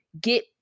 get